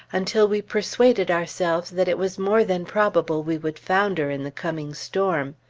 until we persuaded ourselves that it was more than probable we would founder in the coming storm.